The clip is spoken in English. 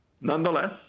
Nonetheless